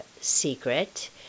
secret